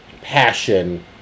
passion